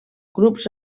clubs